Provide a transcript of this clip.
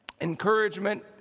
encouragement